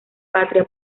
patria